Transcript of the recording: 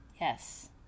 Yes